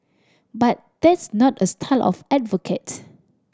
but that's not a style I advocate